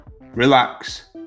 relax